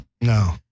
No